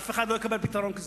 אף אחד לא יקבל פתרון כזה,